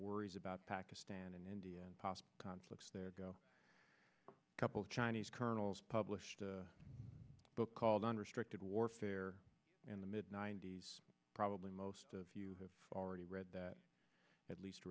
worries about pakistan and india and possible conflicts there go couple chinese colonels published a book called unrestricted warfare in the mid ninety's probably most of you have already read that at least